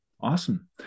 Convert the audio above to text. Awesome